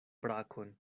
brakon